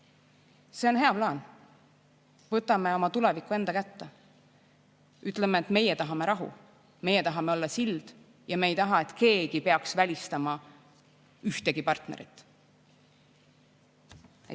See on hea plaan. Võtame oma tuleviku enda kätte! Ütleme, et meie tahame rahu, meie tahame olla sild ja me ei taha, et keegi peaks välistama ühtegi partnerit.